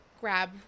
grab